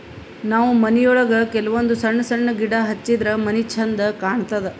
ನಾವ್ ಮನಿಯೊಳಗ ಕೆಲವಂದ್ ಸಣ್ಣ ಸಣ್ಣ ಗಿಡ ಹಚ್ಚಿದ್ರ ಮನಿ ಛಂದ್ ಕಾಣತದ್